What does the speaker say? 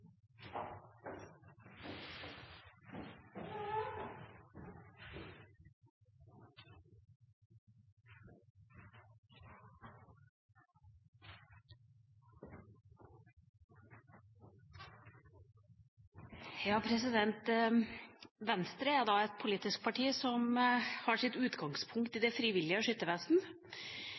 Venstre er et politisk parti som har sitt utgangspunkt i det frivillige